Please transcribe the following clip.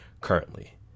currently